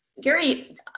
Gary